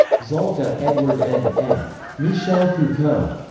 zalta, edward n. ed. michel foucault.